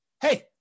hey